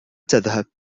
تذهب